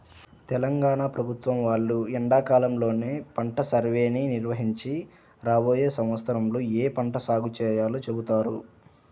తెలంగాణ ప్రభుత్వం వాళ్ళు ఎండాకాలంలోనే పంట సర్వేని నిర్వహించి రాబోయే సంవత్సరంలో ఏ పంట సాగు చేయాలో చెబుతారు